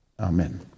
Amen